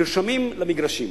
נרשמים למגרשים.